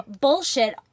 bullshit